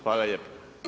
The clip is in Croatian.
Hvala lijepa.